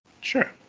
Sure